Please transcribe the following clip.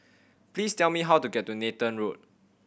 please tell me how to get to Nathan Road